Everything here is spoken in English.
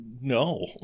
no